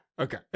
Okay